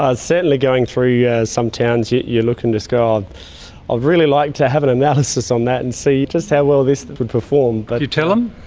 ah certainly going through yeah some towns you you look and just go, i'd really like to have an analysis on that and see just how well this would perform. do but you tell them?